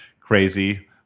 crazy